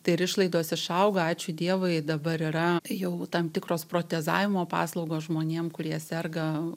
tai ir išlaidos išauga ačiū dievui dabar yra jau tam tikros protezavimo paslaugos žmonėm kurie serga